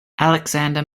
alexander